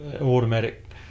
automatic